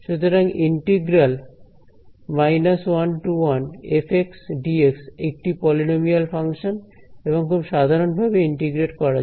সুতরাং integral f dx একটা polynomial function এবং খুব সাধারণভাবে ইন্টিগ্রেট করা যায়